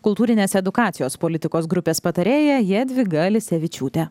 kultūrinės edukacijos politikos grupės patarėja jadvyga lisevičiūte